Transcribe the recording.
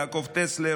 יעקב טסלר,